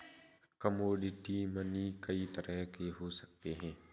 commodity money कई तरह के हो सकते हैं